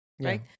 right